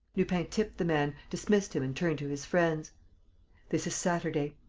lupin tipped the man, dismissed him and turned to his friends this is saturday.